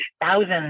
thousands